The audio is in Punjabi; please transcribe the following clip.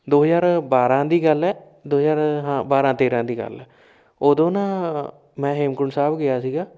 ਦੋ ਹਜ਼ਾਰ ਬਾਰ੍ਹਾਂ ਦੀ ਗੱਲ ਹੈ ਦੋ ਹਜ਼ਾਰ ਹਾਂ ਬਾਰ੍ਹਾਂ ਤੇਰ੍ਹਾਂ ਦੀ ਗੱਲ ਹੈ ਉਦੋਂ ਨਾ ਮੈਂ ਹੇਮਕੁੰਡ ਸਾਹਿਬ ਗਿਆ ਸੀਗਾ